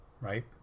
right